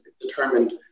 determined